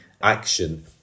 action